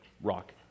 rock